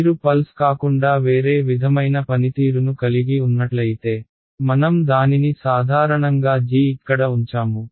మీరు పల్స్ కాకుండా వేరే విధమైన పనితీరును కలిగి ఉన్నట్లయితే మనం దానిని సాధారణంగా g ఇక్కడ ఉంచాము